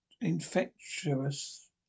infectious